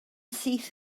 syth